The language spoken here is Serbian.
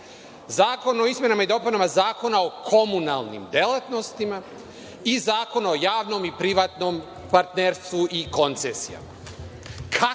Zakon o izmenama i dopunama Zakona o komunalnim delatnostima i Zakon o javnom i privatnom partnerstvu i koncesijama. Kakve